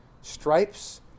stripes